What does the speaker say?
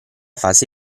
fase